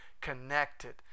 connected